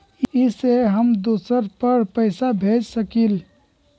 इ सेऐ हम दुसर पर पैसा भेज सकील?